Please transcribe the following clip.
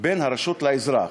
"בין הרשות לאזרח".